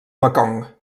mekong